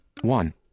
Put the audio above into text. One